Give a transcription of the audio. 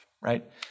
right